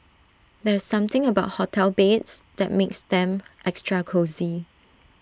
there's something about hotel beds that makes them extra cosy